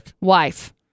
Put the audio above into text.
wife